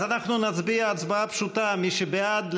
אז אנחנו נצביע הצבעה פשוטה: מי שבעד,